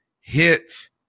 Hit